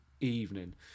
evening